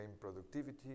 productivity